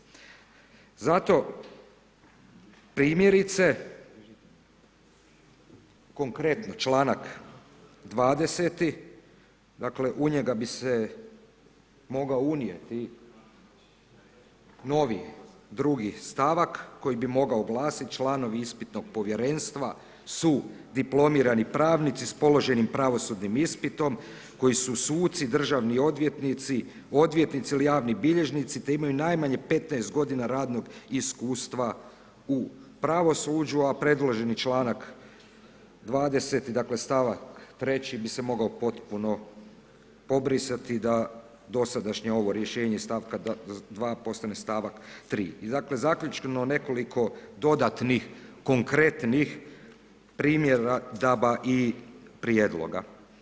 Zato primjerice, konkretno čl. 20. dakle, u njega bi se mogao unijeti novi drugi stavak koji bi mogao glasiti, članovi ispitnog povjerenstva su diplomirani pravnici s položenim pravosudnim ispitom koji su suci, državni odvjetnici, odvjetnici ili javni bilježnici, te imaju najmanje 15 godina radnog iskustva u pravosuđu, a predloženi članak 20., st. 3. bi se mogao potpuno pobrisati da dosadašnje ovo rješenje iz st. 2. postane st. 3. I dakle, zaključno nekoliko dodatnih konkretnih primjedaba i prijedloga.